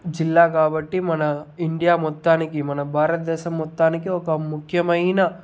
జిల్లా కాబట్టి మన ఇండియా మొత్తానికి మన భారతదేశ మొత్తానికి ఒక ముఖ్యమైన